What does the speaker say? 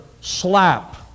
slap